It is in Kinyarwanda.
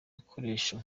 bikoresho